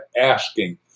asking